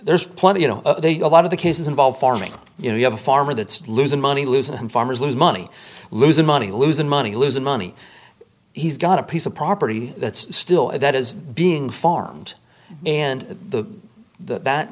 there's plenty you know a lot of the cases involve farming you know you have a farmer that's losing money losing and farmers lose money losing money losing money losing money he's got a piece of property that's still and that is being farmed and the that